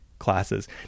classes